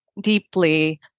deeply